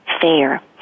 fair